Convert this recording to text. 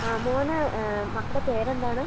ആ മകന് മക്കളുടെ പേരെന്താണ്